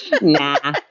Nah